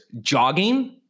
jogging